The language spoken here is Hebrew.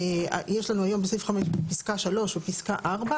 יש לנו היום בסעיף 5 בפסקה (3) או פסקה (4),